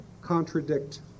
contradict